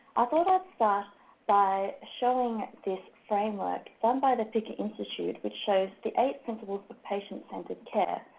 ah thought i'd start by showing this framework, done by the picker institute, which shows the eight principles for patient centered care.